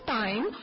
time